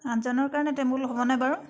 আঠজনৰ কাৰণে টেবুল হ'বনে বাৰু